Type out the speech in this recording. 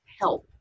help